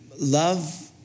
Love